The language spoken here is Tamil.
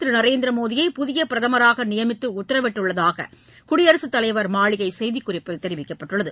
திரு நரேந்திர மோடியை புதிய பிரதமராக நியமித்து உத்தரவிட்டுள்ளதாக குடியரசு தலைவர் மாளிகை செய்திக்குறிப்பில் தெரிவிக்கப்பட்டுள்ளது